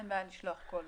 אין בעיה לשלוח כל